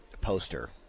poster